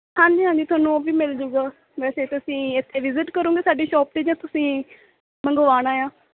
ਹਾਂਜੀ ਹਾਂਜੀ ਤੁਹਾਨੂੰ ਓਹ ਵੀ ਮਿਲ ਜੁਗਾ ਵੈਸੇ ਤੁਸੀਂ ਇੱਥੇ ਵਿਜ਼ਿਟ ਕਰੋਂਗੇ ਸਾਡੀ ਸ਼ੌਪ 'ਤੇ ਜਾਂ ਤੁਸੀਂ ਮੰਗਵਾਉਣਾ ਆ